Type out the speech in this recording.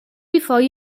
before